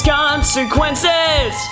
consequences